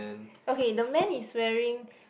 okay the man is wearing